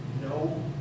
no